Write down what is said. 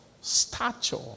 stature